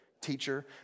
teacher